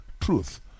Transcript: truth